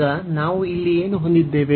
ಈಗ ನಾವು ಇಲ್ಲಿ ಏನು ಹೊಂದಿದ್ದೇವೆ